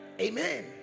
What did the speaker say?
Amen